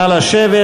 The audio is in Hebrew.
נא לשבת.